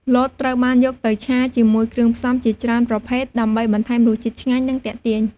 លតត្រូវបានយកទៅឆាជាមួយគ្រឿងផ្សំជាច្រើនប្រភេទ ដើម្បីបន្ថែមរសជាតិឆ្ងាញ់ និងទាក់ទាញ។